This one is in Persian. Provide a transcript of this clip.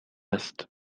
است